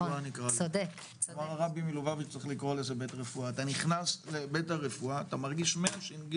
כבר, אתה נכנס לבית הרפואה אתה מרגיש מהש.ג.